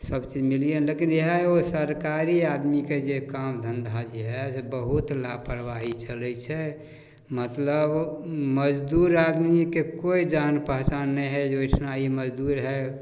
सभचीज मिलिए लेकिन इएह ओ सरकारी आदमीके जे काम धन्धा जे अइ से बहुत लापरवाही चलै छै मतलब मजदूर आदमीके कोइ जान पहचान नहि हइ जे ओहिठाम ई मजदूर हइ